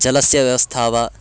जलस्य व्यवस्था वा